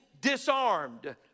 disarmed